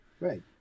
right